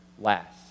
last